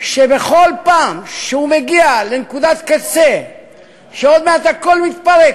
שבכל פעם שהוא מגיע לנקודת קצה שעוד מעט הכול מתפרק,